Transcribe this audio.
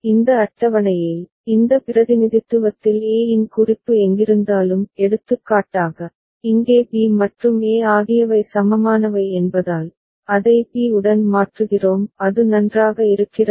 இந்த அட்டவணையில் இந்த பிரதிநிதித்துவத்தில் e இன் குறிப்பு எங்கிருந்தாலும் எடுத்துக்காட்டாக இங்கே b மற்றும் e ஆகியவை சமமானவை என்பதால் அதை b உடன் மாற்றுகிறோம் அது நன்றாக இருக்கிறதா